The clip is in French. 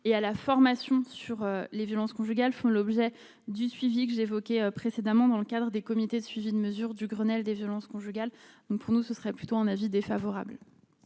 et à la formation sur les violences conjugales font l'objet du suivi que j'évoquais précédemment dans le cadre des comités de suivi des mesures du Grenelle des violences conjugales, donc pour nous ce serait plutôt un avis défavorable.